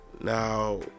Now